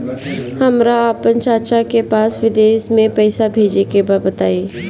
हमरा आपन चाचा के पास विदेश में पइसा भेजे के बा बताई